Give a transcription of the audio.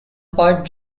part